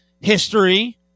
history